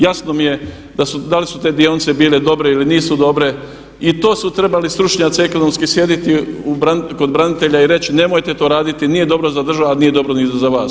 Jasno mi je, da li su te dionice bile dobre ili nisu dobre i to su trebali stručnjaci ekonomski sjediti kod branitelja i reći nemojte to raditi, nije dobro za državu a nije dobro ni za vas.